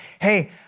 hey